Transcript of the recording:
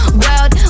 world